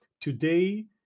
Today